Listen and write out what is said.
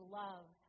love